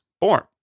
born